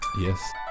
Yes